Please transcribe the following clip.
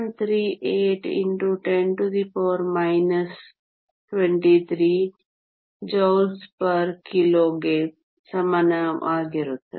38 x 10 23 JK 1 ಗೆ ಸಮಾನವಾಗಿರುತ್ತದೆ